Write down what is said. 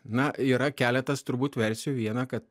na yra keletas turbūt versijų viena kad